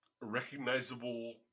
recognizable